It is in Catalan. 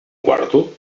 quarto